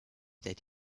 that